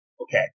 Okay